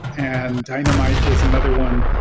and dynamite was another one.